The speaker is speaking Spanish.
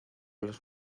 los